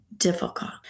difficult